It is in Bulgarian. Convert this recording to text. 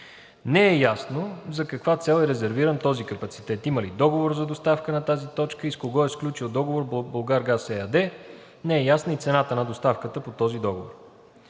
Не е ясно за каква цел е резервиран този капацитет, има ли договор за доставка на тази точка и с кого е сключил договор „Булгаргаз“ ЕАД. Не е ясна и цената на доставката по този договор.